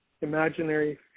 imaginary